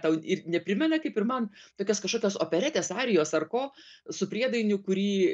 tau ir neprimena kaip ir man tokios kažkokios operetės arijos ar ko su priedainiu kurį